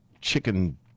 chicken